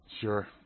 Sure